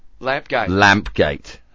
Lampgate